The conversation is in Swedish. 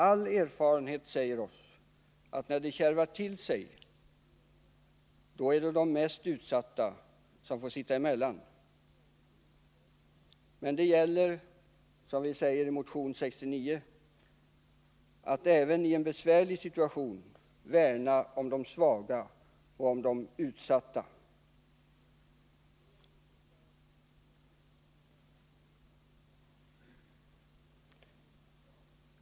All erfarenhet säger oss att när det kärvar till sig, då är det de mest utsatta som får sitta emellan. Det gäller, som vi säger i motion 69, att även i en besvärlig situation värna om de svaga och utsatta.